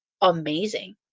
amazing